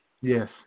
Yes